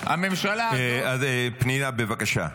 הממשלה --- פנינה, בבקשה.